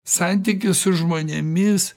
santykis su žmonėmis